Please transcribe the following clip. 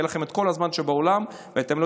יהיה לכם את כל הזמן שבעולם ואתם לא